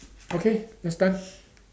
okay that's time